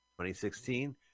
2016